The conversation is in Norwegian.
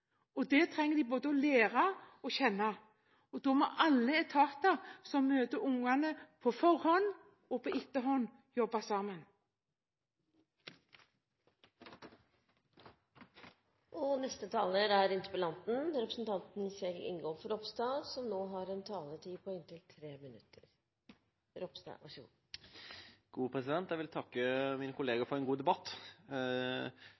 nytt. Det trenger de både å lære og å kjenne. Da må alle etater som møter ungene, på forhånd og etterpå, jobbe sammen. Jeg vil takke